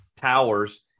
towers